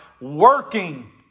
working